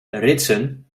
ritsen